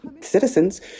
citizens